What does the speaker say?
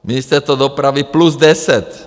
Ministerstvo dopravy plus 10.